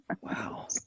Wow